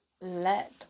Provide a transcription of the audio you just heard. let